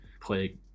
play